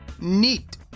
Neat